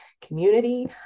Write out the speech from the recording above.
community